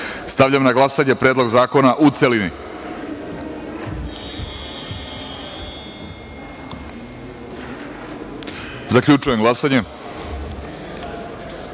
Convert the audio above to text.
stavljam na glasanje Predlog zakona, u celini. Zaključujem glasanje: